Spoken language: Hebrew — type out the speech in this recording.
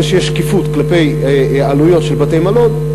שיש שקיפות כלפי עלויות של בתי-מלון,